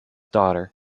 daughter